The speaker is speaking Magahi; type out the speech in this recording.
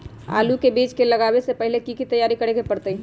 आलू के बीज के लगाबे से पहिले की की तैयारी करे के परतई?